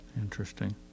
Interesting